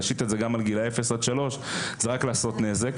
להשית את זה גם על גילאי לידה עד שלוש זה רק לעשות נזק.